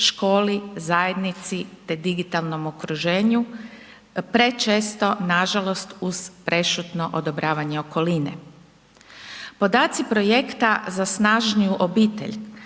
školi, zajednici te digitalnom okruženju prečesto nažalost uz prešutno odobravanje okoline. Podaci projekta za snažniju obitelj